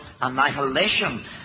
annihilation